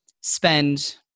spend